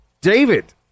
David